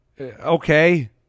Okay